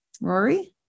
Rory